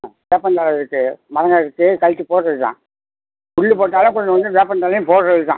ஆ வேப்பந்தழை இருக்குது மரங்கள் இருக்குது கழிச்சி போடுறது தான் புல்லு போட்டாலே கொஞ்ச கொஞ்சம் வேப்பந்தழையும் போடுறது தான்